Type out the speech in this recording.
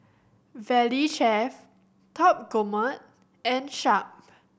Valley Chef Top Gourmet and Sharp